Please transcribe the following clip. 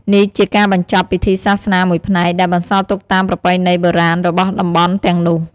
នេះជាការបញ្ចប់ពិធីសាសនាមួយផ្នែក ដែលបន្សល់ទុកតាមប្រពៃណីបុរាណរបស់តំបន់ទាំងនោះ។